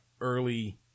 early